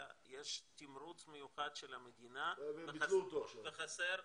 יש תמרוץ מיוחד של המדינה וחסר רופאים.